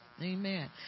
Amen